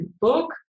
book